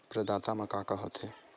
प्रदाता मा का का हो थे?